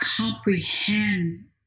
comprehend